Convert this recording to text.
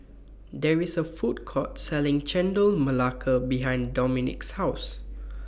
There IS A Food Court Selling Chendol Melaka behind Dominick's House